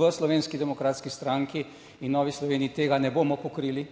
V Slovenski demokratski stranki in Novi Sloveniji tega ne bomo pokrili.